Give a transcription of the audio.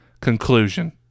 conclusion